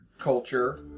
culture